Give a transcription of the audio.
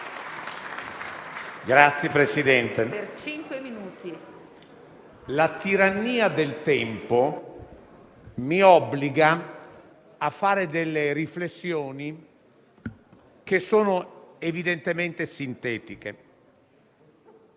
la tirannia del tempo mi obbliga a fare delle riflessioni che sono evidentemente sintetiche.